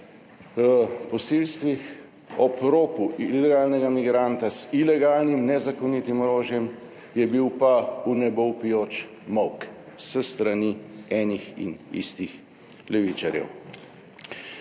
Ob posilstvih, ob ropu ilegalnega migranta z ilegalnim, nezakonitim orožjem je bil pa vnebovpijoč molk s strani enih in istih levičarjev.